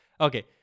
okay